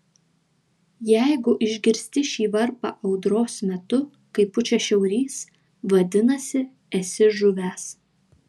jeigu išgirsti šį varpą audros metu kai pučia šiaurys vadinasi esi žuvęs